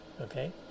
okay